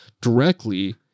directly